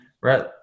right